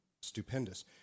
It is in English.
stupendous